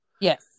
yes